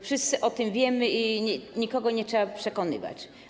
Wszyscy o tym wiemy i nikogo nie trzeba o tym przekonywać.